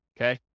Okay